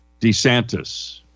DeSantis